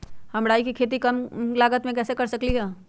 हम राई के खेती कम से कम लागत में कैसे कर सकली ह?